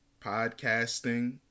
podcasting